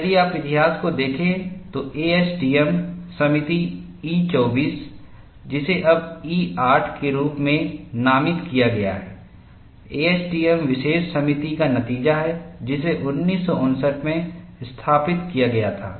और यदि आप इतिहास को देखें तो एएसटीएम समिति E 24 जिसे अब E 08 के रूप में नामित किया गया है एएसटीएम विशेष समिति का नतीजा है जिसे 1959 में स्थापित किया गया था